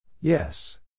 Yes